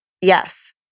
yes